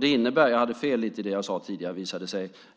Jag hade lite fel i det jag sade tidigare visade det sig.